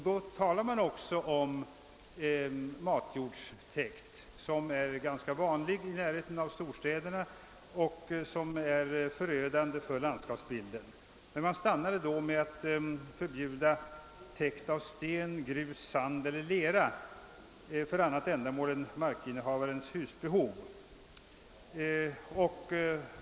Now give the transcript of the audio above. Då berördes också matjordstäkt, som är ganska vanlig i närheten av storstäderna och som kan verka förödande på landskapsbilden. Man stannade vid att förbjuda täkt av sten, grus, sand eller lera för annat ändamål än markägarens husbehov.